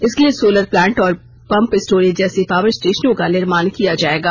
इसके लिए solar plant और पंप स्टोरेज जैसे पावर स्टेशनों का निर्माण किया जाएगा